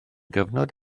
gyfnod